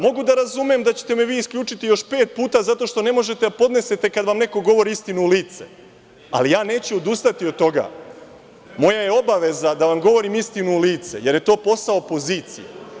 Mogu da razumem da ćete me vi isključiti još pet puta zato što ne možete da podnesete kada vam neko govori istinu u lice, ali neću odustati od toga, moja je obaveza da vam govorim istinu u lice, jer je to posao opozicije.